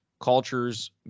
cultures